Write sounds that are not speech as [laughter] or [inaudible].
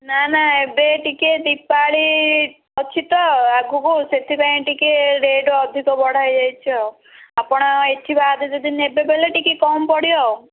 ନା ନା ଏବେ ଟିକେ ଦୀପାଳି ଅଛି ତ ଆଗକୁ ସେଥିପାଇଁ ଟିକେ ରେଟ୍ ଅଧିକ ବଢ଼ା ହେଇଯାଇଛି ଆଉ ଆପଣ ଏଇଠି [unintelligible] ଯଦି ନେବେ ବୋଲେ ଟିକେ କମ୍ ପଡ଼ିବ ଆଉ